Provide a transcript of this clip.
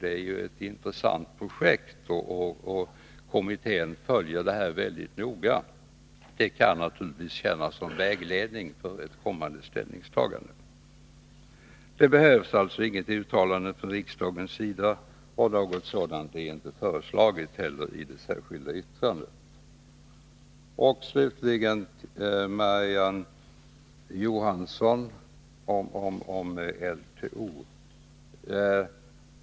Det är ett intressant projekt, och kommittén följer verksamheten mycket noga. Detta kan naturligtvis tjäna som vägledning för ett kommande ställningstagande. Här behövs alltså inget uttalande från riksdagens sida, och något sådant är heller inte föreslaget i det särskilda yttrandet. Jag vill slutligen vända mig till Marie-Ann Johansson med anledning vad hon anförde om LTO.